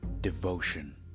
devotion